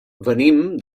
venim